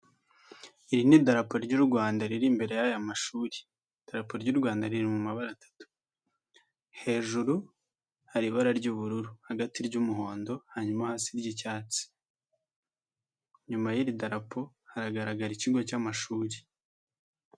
Iri ni idarapo ry'u Rwanda riri imbere y'aya mashuri. Idarapo ry'u Rwanda riri mu mabara atatu, hejuru hari ibara ry'ubururu hagati ry'umuhondo hasi iry'icyatsi. Inyuma y'iri darapo hagaragara ikigo cy'amashuri.